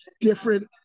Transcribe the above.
different